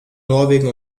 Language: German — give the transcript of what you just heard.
norwegen